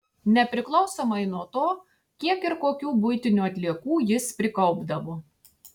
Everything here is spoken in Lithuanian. nepriklausomai nuo to kiek ir kokių buitinių atliekų jis prikaupdavo